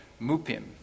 Mupim